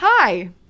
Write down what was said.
Hi